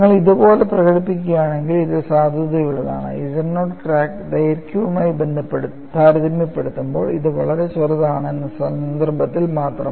നിങ്ങൾ ഇതുപോലെ പ്രകടിപ്പിക്കുകയാണെങ്കിൽ ഇത് സാധുതയുള്ളതാണ് z നോട്ട് ക്രാക്ക് ദൈർഘ്യവുമായി താരതമ്യപ്പെടുത്തുമ്പോൾ ഇത് വളരെ ചെറുതാണ് എന്ന സന്ദർഭത്തിൽ മാത്രം